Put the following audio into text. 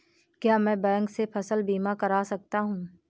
क्या मैं बैंक से फसल बीमा करा सकता हूँ?